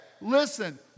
listen